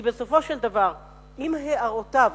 כי בסופו של דבר אם הערותיו,